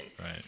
Right